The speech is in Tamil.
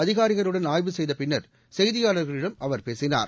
அதிகாரிகளுடன் ஆய்வு செய்த பின்னர் செய்தியாளர்களிடம் அவர் பேசினார்